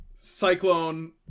cyclone